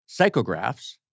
psychographs